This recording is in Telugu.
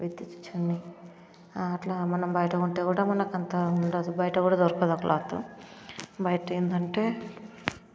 విత్ చున్నీ అట్లా మనం బయట కొంటే కూడా మనకంత ఉండదు బయట కూడా దొరకదు ఆ క్లాత్ బయట ఏందంటే